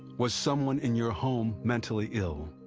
was someone in your home mentally ill?